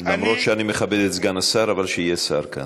אני מכבד את סגן השר, אבל שיהיה שר כאן.